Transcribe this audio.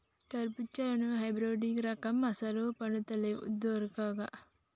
కర్బుజాలో హైబ్రిడ్ రకం అస్సలు పండుతలేవు దొందరగా